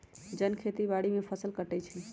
जन खेती बाड़ी में फ़सल काटइ छै